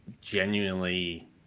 genuinely